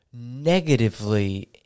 negatively